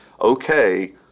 okay